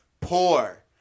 poor